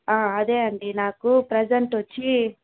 అదే అండీ నాకు ప్రెజంట్ వచ్చి